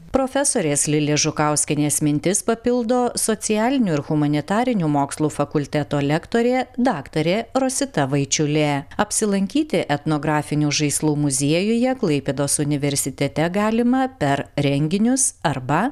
profesorės lilės žukauskienės mintis papildo socialinių ir humanitarinių mokslų fakulteto lektorė daktarė rosita vaičiulė apsilankyti etnografinių žaislų muziejuje klaipėdos universitete galima per renginius arba